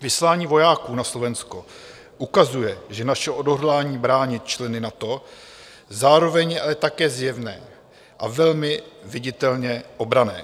Vyslání vojáků na Slovensko ukazuje naše odhodlání bránit členy NATO, zároveň je ale také zjevně a velmi viditelně obranné.